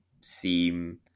seem